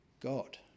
God